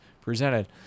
presented